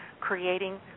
creating